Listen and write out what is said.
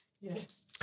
Yes